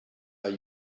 are